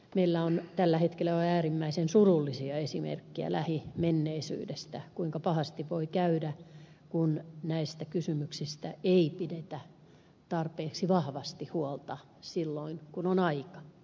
meillä on jo tällä hetkellä lähimenneisyydestä äärimmäisen surullisia esimerkkejä siitä kuinka pahasti voi käydä kun näistä kysymyksistä ei pidetä tarpeeksi vahvasti huolta silloin kun on aika